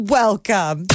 welcome